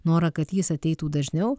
norą kad jis ateitų dažniau